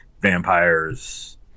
vampires